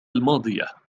الماضية